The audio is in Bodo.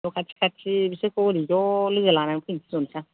न' खाथि खाथि बेसोरखौ ओरै ज' लोगो लानानै फैनो थिनहरसां